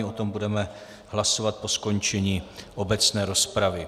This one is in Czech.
O tom budeme hlasovat po skončení obecné rozpravy.